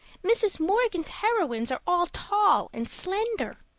mrs. morgan's heroines are all tall and slender.